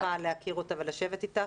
וכמובן אני אשמח להכיר אותה ולשבת אתך.